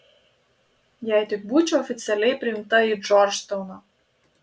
jei tik būčiau oficialiai priimta į džordžtauną